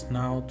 now